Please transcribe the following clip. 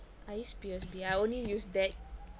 I used P_O_S_B I only use that